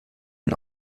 den